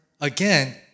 again